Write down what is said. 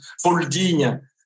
folding